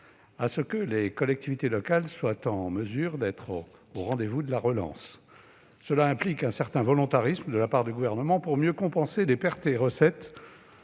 à ce que les collectivités locales soient en mesure d'être au rendez-vous de la relance. Cela implique un certain volontarisme de la part du Gouvernement- je sais que vous-même